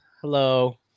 Hello